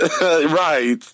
Right